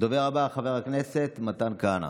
הדובר הבא, חבר הכנסת מתן כהנא.